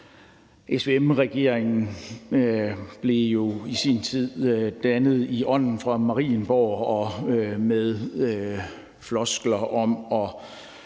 SVM-regeringen blev jo i sin tid dannet i ånden fra Marienborg og med floskler om at